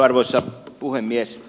arvoisa puhemies